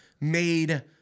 made